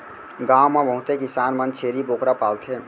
गॉव म बहुते किसान मन छेरी बोकरा पालथें